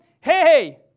hey